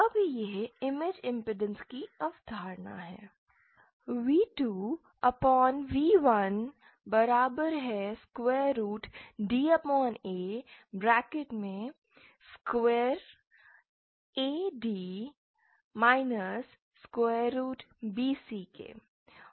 अब यह image impedance की अवधारणा है